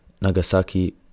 Nagasaki